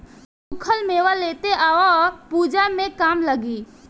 सुखल मेवा लेते आव पूजा में काम लागी